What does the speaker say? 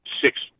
six